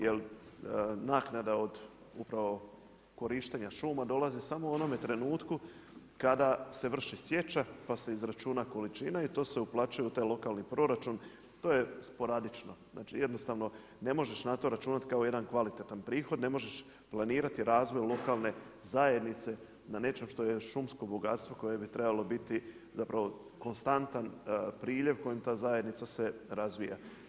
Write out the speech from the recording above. Jer naknada od upravo korištenja šuma dolazi samo u onome trenutku kada se vrši sjeća pa se izračuna količina i to se uplaćuje u taj lokalni proračun, to je sporadično, znači jednostavno ne možeš na to računati kao jedan kvalitetan prihod, ne možeš planirati razvoj lokalne zajednice na nečem što je šumsko bogatstvo koje bi trebalo biti zapravo konstantan priljev kojim ta zajednica se razvija.